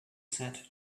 said